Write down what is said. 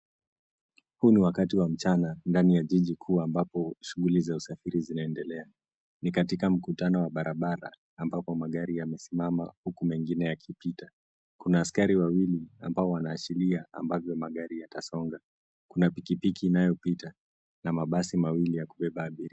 Huu ni wakati wa mchana ndani ya jiji kuu, ambapo shughuli za usafiri zinaendelea. Ni katika mkutano wa barabara, ambapo magari yamesimama huku mengine yakipita. Kuna askari wawili ambao wanaashiria ambavyo magari yatasonga. Kuna pikipiki inayopita, na mabasi mawili ya kubeba abiria.